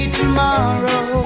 tomorrow